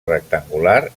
rectangular